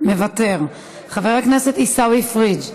מוותר, חבר הכנסת עיסאווי פריג'